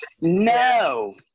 No